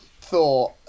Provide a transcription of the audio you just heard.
thought